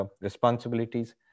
responsibilities